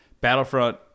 Battlefront